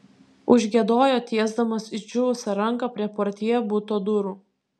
užgiedojo tiesdamas išdžiūvusią ranką prie portjė buto durų